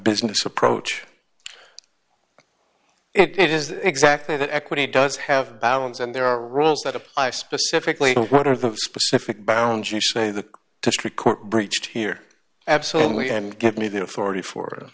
business approach it is exactly that equity does have a balance and there are rules that apply specifically what are the specific boundaries say the district court breached here absolutely and give me the authority for